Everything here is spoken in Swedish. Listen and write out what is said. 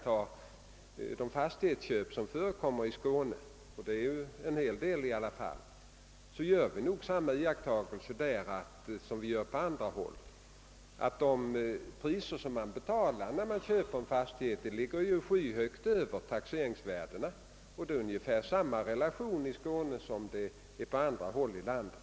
Vid de fastighetsköp som förekommer i Skåne — och de är ganska många — kan vi konstatera att priserna där som på andra håll ligger skyhögt över taxeringsvärdena; det är ungefär samma relation mellan köpesumman och taxeringsvärdet i Skåne som på andra håll i landet.